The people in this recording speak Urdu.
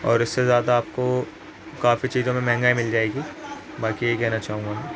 اور اس سے زیادہ آپ کو کافی چیزوں میں مہنگائی مل جائے گی باقی یہی کہنا چاہوں گا